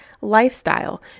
lifestyle